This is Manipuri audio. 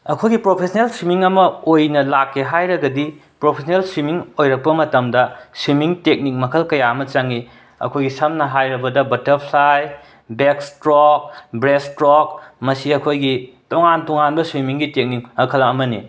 ꯑꯩꯈꯣꯏꯒꯤ ꯄ꯭ꯔꯣꯐꯦꯁꯟꯅꯦꯜ ꯁ꯭ꯋꯤꯝꯃꯤꯡ ꯑꯃ ꯑꯣꯏꯅ ꯂꯥꯛꯀꯦ ꯍꯥꯏꯔꯒꯗꯤ ꯄ꯭ꯔꯣꯐꯦꯁꯟꯅꯦꯜ ꯁ꯭ꯋꯤꯝꯃꯤꯡ ꯑꯣꯏꯔꯛꯄ ꯃꯇꯝꯗ ꯁ꯭ꯋꯤꯝꯃꯤꯡ ꯇꯦꯛꯅꯤꯛ ꯃꯈꯜ ꯀꯌꯥ ꯑꯃ ꯆꯪꯏ ꯑꯩꯈꯣꯏꯒꯤ ꯁꯝꯅ ꯍꯥꯏꯔꯕꯗ ꯕꯠꯇꯔꯐ꯭ꯂꯥꯏ ꯕꯦꯛꯁꯇ꯭ꯔꯣꯛ ꯕ꯭ꯔꯦꯁꯠꯁꯇ꯭ꯔꯣꯛ ꯃꯁꯤ ꯑꯩꯈꯣꯏꯒꯤ ꯇꯣꯉꯥꯟ ꯇꯣꯉꯥꯟꯕ ꯁ꯭ꯋꯤꯝꯃꯤꯡꯒꯤ ꯇꯦꯛꯅꯤꯛ ꯃꯈꯜ ꯑꯃꯅꯤ